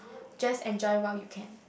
just enjoy while you can